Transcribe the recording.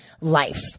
life